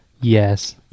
Yes